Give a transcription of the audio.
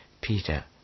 Peter